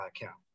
account